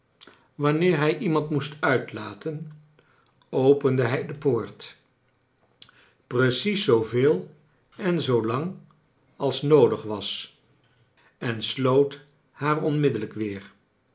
wanneer hij iemand moest uitlaten opende hij de poort precies zooveel en zoo lang als noodig was en sloot haar onmiddellijk weer